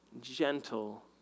gentle